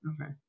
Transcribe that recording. Okay